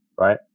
right